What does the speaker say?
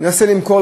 מנסה למכור,